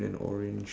oh